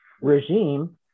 regime